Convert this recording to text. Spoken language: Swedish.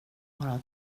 bara